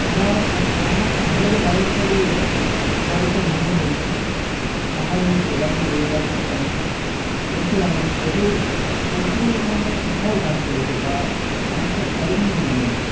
আমার আমার শহরে বাইক চালিয়ে যেমনটা মনে হয়নি আমার এই গ্রামের এই রাস্তাটাই এসে আমার প্রচুর প্রচুর মানে ভয় কাজ করেছে বা অনেকটা চ্যালেঞ্জিং মনে হয়েছে